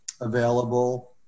available